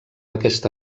aquesta